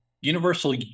Universal